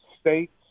states